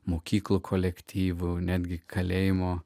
mokyklų kolektyvų netgi kalėjimo